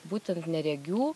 būtent neregių